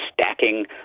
stacking